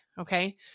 Okay